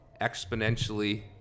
exponentially